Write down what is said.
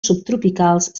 subtropicals